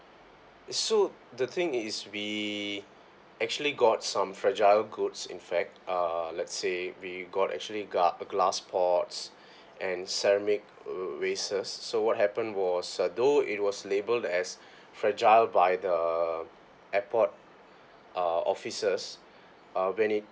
so the thing is we actually got some fragile goods in fact uh let's say we got actually glass glass pots and ceramics uh vases so what happened was uh though it was labelled as fragile by the airport uh officers uh when it